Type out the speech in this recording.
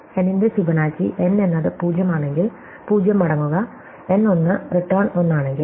N ന്റെ Fibonacci n എന്നത് 0 ആണെങ്കിൽ 0 മടങ്ങുക n 1 റിട്ടേൺ 1 ആണെങ്കിൽ